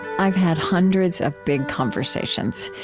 i've had hundreds of big conversations,